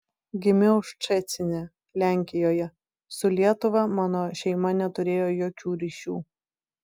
gimiau ščecine lenkijoje su lietuva mano šeima neturėjo jokių ryšių